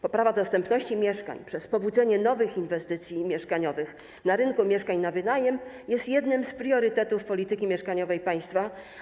Poprawa dostępności mieszkań przez pobudzenie nowych inwestycji mieszkaniowych na rynku mieszkań na wynajem jest jednym z priorytetów polityki mieszkaniowej państwa.